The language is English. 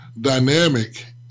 dynamic